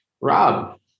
Rob